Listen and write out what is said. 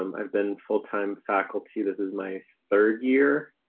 um i've been full-time faculty. this is my third year.